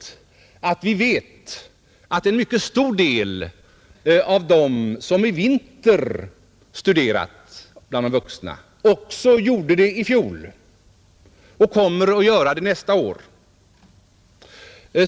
Vi vet att en mycket stor del av de vuxna som studerat i vinter gjorde det också i fjol och kommer att göra det nästa år.